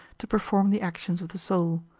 to perform the actions of the soul.